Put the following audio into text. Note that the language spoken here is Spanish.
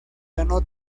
ganó